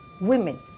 women